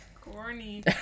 Corny